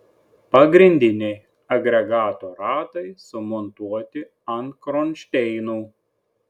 pagrindiniai agregato ratai sumontuoti ant kronšteinų